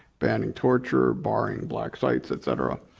banning torture, barring black sites, et cetera.